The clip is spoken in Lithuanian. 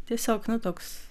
tiesiog na toks